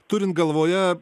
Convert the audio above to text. turint galvoje